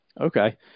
Okay